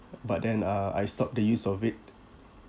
but then uh I stopped the use of it